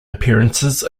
appearances